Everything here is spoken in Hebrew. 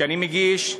שאני מגיש,